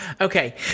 Okay